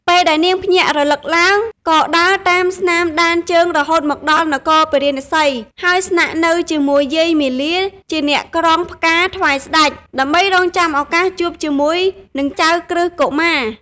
ពេលដែលនាងភ្ញាក់រលឹកឡើង ក៏ដើរតាមស្នាមដានជើង រហូតមកដល់នគរពារាណសី ហើយស្នាក់នៅជាមួយយាយមាលាជាអ្នកក្រងផ្កាថ្វាយស្តេច ដើម្បីរង់ចាំឱកាសជួបជាមួយនឹងចៅក្រឹស្នកុមារ។